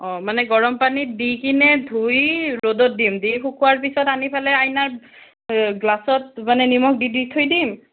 অ মানে গৰম পানীত দি কিনে ধুই ৰ'দত দিম দি শুকোৱাৰ পিছত আনি পেলাই আইনাৰ গ্লাছত মানে নিমখ দি দি থৈ দিম